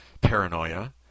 paranoia